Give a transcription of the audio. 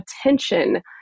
attention